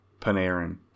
Panarin